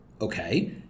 Okay